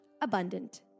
abundant